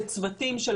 המחוסנים.